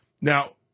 now